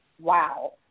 wow